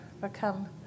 become